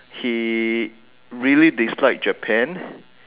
he really dislike Japan